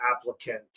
applicant